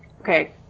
Okay